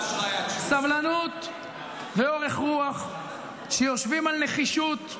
האשראי ----- סבלנות ואורך שיושבים על נחישות,